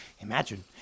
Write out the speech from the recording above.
Imagine